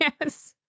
Yes